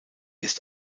ist